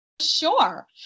sure